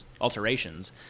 alterations